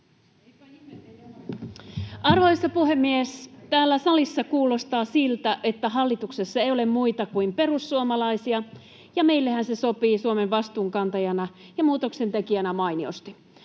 Arvoisa puhemies! Täällä salissa kuulostaa siltä, että hallituksessa ei ole muita kuin perussuomalaisia, ja meillehän se sopii Suomen vastuunkantajana ja muutoksentekijänä mainiosti.